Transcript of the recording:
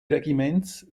regiments